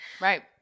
Right